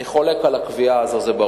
ברור שאני חולק על הקביעה הזאת.